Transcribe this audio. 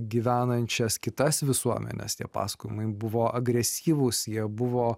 gyvenančias kitas visuomenes tie pasakojimai buvo agresyvūs jie buvo